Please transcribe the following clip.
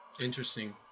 Interesting